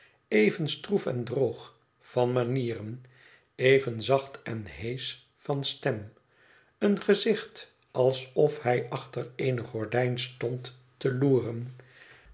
even stroef en droog van manieren even zacht en heesch van stem een gezicht alsof hij achter eene gordijn stond te loeren